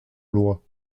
loi